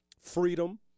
freedom